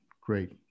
great